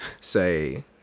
say